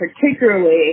particularly